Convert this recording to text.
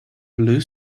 blue